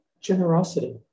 generosity